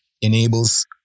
enables